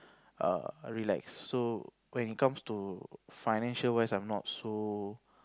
err relax so when it comes to financial wise I'm not so